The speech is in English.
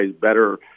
better